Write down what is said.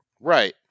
Right